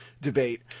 debate